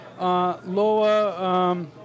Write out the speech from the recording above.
lower